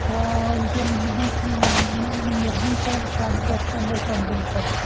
అవును సార్ అందుబాటులో ఉన్నాను మీ అడ్రస్ అండ్ కాంటాక్ట్ నెంబర్ పంపించండి